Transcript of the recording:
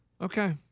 Okay